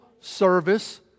service